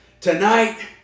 Tonight